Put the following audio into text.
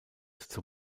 zur